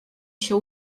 się